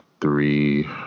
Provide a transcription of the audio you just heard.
three